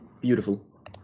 Beautiful